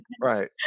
Right